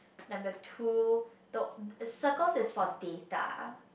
number two circles is for data